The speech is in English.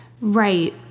Right